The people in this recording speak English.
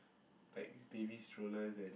like baby strollers and